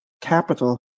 capital